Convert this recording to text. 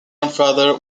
grandfather